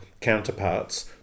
counterparts